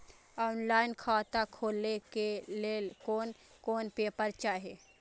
Online खाता खोले के लेल कोन कोन पेपर चाही?